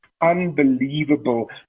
unbelievable